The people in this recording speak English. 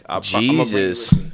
Jesus